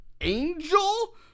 angel